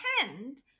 attend